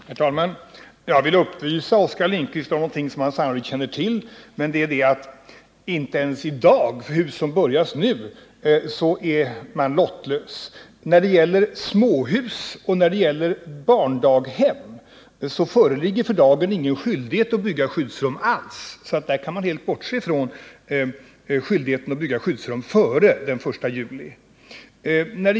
Herr talman! Jag vill upplysa Oskar Lindkvist om någonting som han sannolikt känner till: inte ens i fråga om hus som påbörjas nu är man lottlös. När det gäller småhus och barndaghem föreligger för dagen ingen skyldighet alls att bygga skyddsrum, så där kan man helt bortse från skyldigheten att bygga skyddsrum före den 1 juli.